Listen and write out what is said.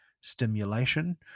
stimulation